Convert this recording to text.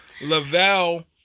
Lavelle